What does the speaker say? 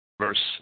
Verse